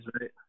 right